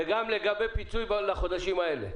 וגם לגבי פיצוי לחודשים האלה.